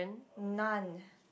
none